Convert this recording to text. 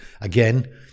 again